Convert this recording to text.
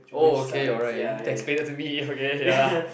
oh okay alright thanks to me okay ya